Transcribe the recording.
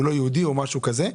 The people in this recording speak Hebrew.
הוא לא יהודי או משהו כזה,